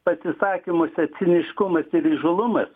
pasisakymuose ciniškumas ir įžūlumas